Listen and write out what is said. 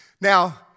Now